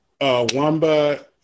Wamba